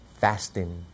fasting